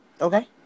Okay